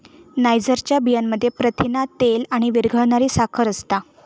नायजरच्या बियांमध्ये प्रथिना, तेल आणि विरघळणारी साखर असता